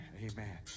amen